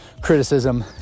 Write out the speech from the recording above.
criticism